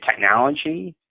technology